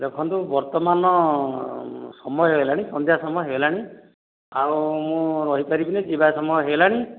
ଦେଖନ୍ତୁ ବର୍ତ୍ତମାନ ସମୟ ହେଇଗଲାଣି ସନ୍ଧ୍ୟା ସମୟ ହେଇଗଲାଣି ଆଉ ମୁଁ ରହି ପାରିବିନି ଯିବା ସମୟ ହେଇଗଲାଣି